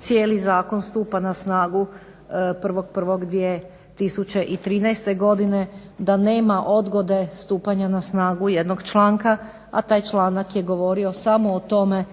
cijeli zakon stupa na snagu 1.1.2013. godine, da nema odgode stupanja na snagu jednog članka, a taj članak je govorio samo o tome